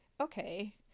okay